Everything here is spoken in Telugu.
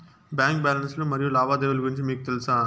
బ్యాంకు బ్యాలెన్స్ లు మరియు లావాదేవీలు గురించి మీకు తెల్సా?